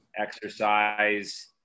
exercise